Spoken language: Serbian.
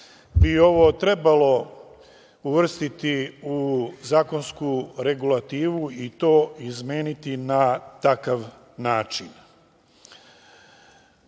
bi ovo trebalo uvrstiti u zakonsku regulativu i to izmeniti na takav način. Drugo